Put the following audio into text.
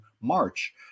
March